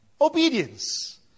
obedience